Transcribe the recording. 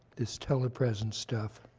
this telepresence stuff,